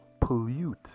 pollute